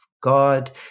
God